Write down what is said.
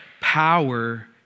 power